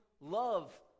love